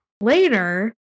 later